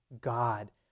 God